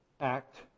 act